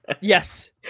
Yes